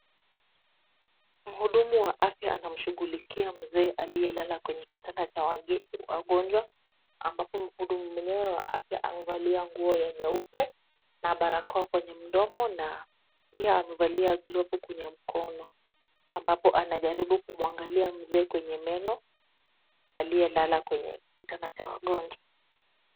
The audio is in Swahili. Mhudumu wa afya anamshughulikia mzee aliyelala kwenye kitanda cha wagonjwa, ambapo mhudumu mwenyewe wa afya amevalia nguo ya nyeupe na barakoa kwenye mdomo na pia amevalia glovu kwenye mkono, ambapo anajaribu kumwangalia mzee kwenye meno aliyelala kwenye kitanda cha wagonjwa.